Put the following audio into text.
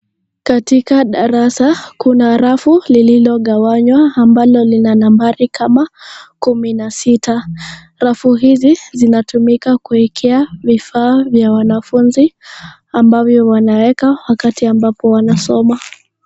Katika darasa kuna rafu lililogawanywa ambalo lina nambari kama kumi na sita, rafu hizi zinatumika kuekea vifaa vya wanafunzi ambavyo wanaeka wanaposoma.